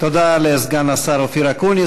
תודה לסגן השר אופיר אקוניס.